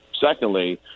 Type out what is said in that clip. secondly